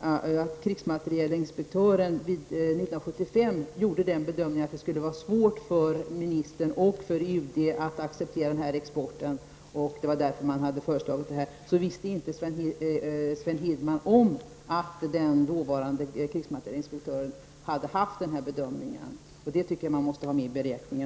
om krigsmaterielinspektören 1975 gjorde den bedömningen att det skulle vara svårt för ministern och för UD att acceptera den här exporten, och att det var därför man hade föreslagit detta, visste inte Sven Hirdman om att den dåvarande krigsmaterielinspektören hade gjort denna bedömning. Jag tycker att man måste ha med detta i beräkningen.